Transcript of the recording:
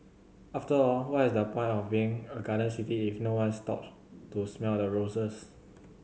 after all what is the point of being a garden city if no one stop to smell the roses